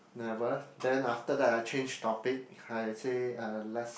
never then after that I changed topic I say uh let's